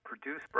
produce